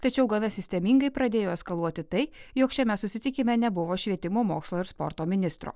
tačiau gana sistemingai pradėjo eskaluoti tai jog šiame susitikime nebuvo švietimo mokslo ir sporto ministro